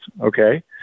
Okay